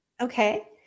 Okay